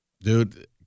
Dude